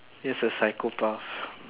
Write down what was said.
he's a psychopath